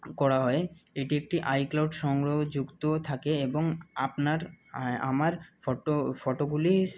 করা হয় এটি একটি আইক্লাউড সংগ্রহ যুক্ত থাকে এবং আপনার আমার ফটোগুলি